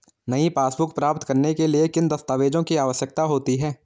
नई पासबुक प्राप्त करने के लिए किन दस्तावेज़ों की आवश्यकता होती है?